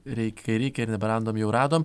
reik kai reikia ir neberadome jau radome